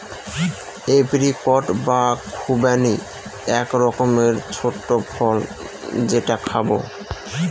apricot বা খুবানি এক রকমের ছোট্ট ফল যেটা খাবো